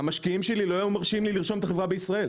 המשקיעים שלי לא היו מרשים לי לרשום את החברה בישראל,